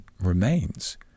remains